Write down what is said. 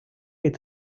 від